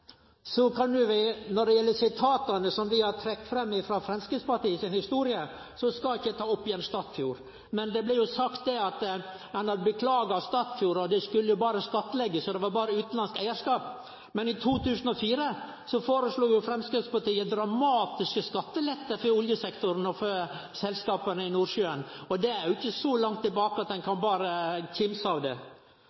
Når det gjeld sitata som vi har trekt fram frå Framstegspartiet si historie, skal eg ikkje ta opp igjen Statfjord, men det blir jo sagt at ein har beklaga Statfjord, det skulle skattleggjast, og det var berre utanlandsk eigarskap. Men i 2004 foreslo Framstegspartiet dramatiske skattelettar for oljesektoren og for selskapa i Nordsjøen, og det er ikkje så langt tilbake at ein